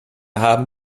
haben